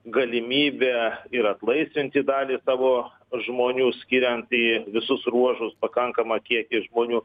galimybę ir atlaisvinti dalį savo žmonių skiriant į visus ruožus pakankamą kiekį žmonių